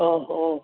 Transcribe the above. ओहो